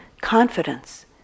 confidence